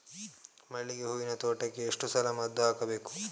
ಮಲ್ಲಿಗೆ ಹೂವಿನ ತೋಟಕ್ಕೆ ಎಷ್ಟು ಸಲ ಮದ್ದು ಹಾಕಬೇಕು?